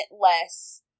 less